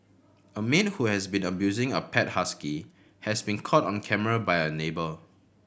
a maid who has been abusing a pet husky has been caught on camera by a neighbour